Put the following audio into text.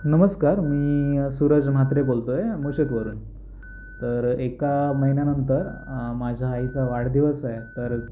नमस्कार मी सूरज म्हात्रे बोलतोय मुशिद्वरुन तरं एका महिन्यानंतर माझ्या आईचा वाढदिवस आहे तर